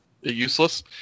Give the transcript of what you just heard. useless